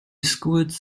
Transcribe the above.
schools